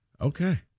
Okay